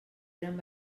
eren